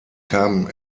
kam